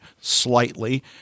slightly